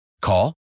Call